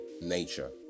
nature